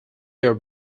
there